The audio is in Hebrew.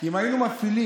כי אם היינו מטילים